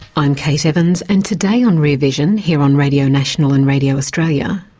i'm kate evans and today on rear vision here on radio national and radio australia,